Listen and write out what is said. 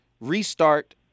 restart